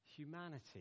Humanity